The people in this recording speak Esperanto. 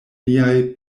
miaj